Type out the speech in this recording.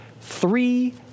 three